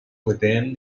within